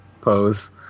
pose